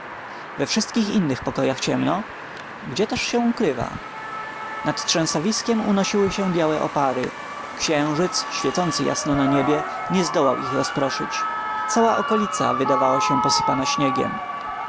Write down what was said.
we wszystkich innych pokojach ciemno gdzie też się ukrywa nad trzęsawiskiem unosiły się białe opary księżyc świecący jasno na niebie nie zdołał ich rozproszyć cała okolica wydawała się posypana śniegiem